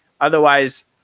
Otherwise